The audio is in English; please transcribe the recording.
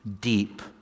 deep